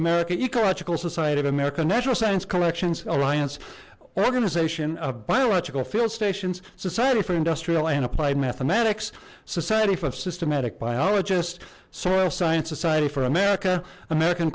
ecological society of america natural science collections alliance organization of biological field stations society for industrial and applied mathematics society for systematic biologists soil science society for america american